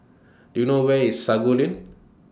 Do YOU know Where IS Sago Lane